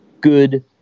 Good